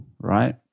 right